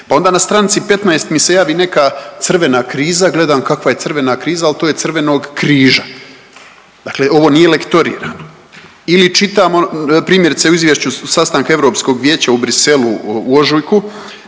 Pa onda na stranici 15 mi se javi neka crvena kriza, gledam kakva je crvena kriza, ali to je Crvenog križa. Dakle ovo nije lektorirano. Ili čitamo, primjerice u Izvješću sastanka Europskog vijeća u Bruxellesu u ožujku,